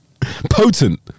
Potent